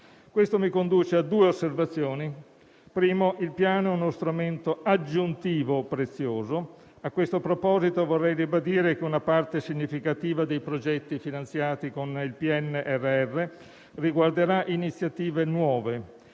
Questo mi conduce a due osservazioni. La prima è che il Piano è uno strumento aggiuntivo prezioso. A questo proposito, vorrei dire che una parte significativa dei progetti finanziati con il PNRR riguarderà iniziative nuove.